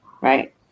Right